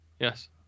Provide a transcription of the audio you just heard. Yes